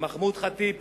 מחמוד ח'טיב מכפר-מנדא,